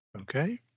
Okay